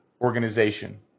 organization